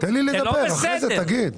תן לי לדבר ואחרי זה תגיד.